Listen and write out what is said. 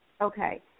Okay